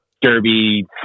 derby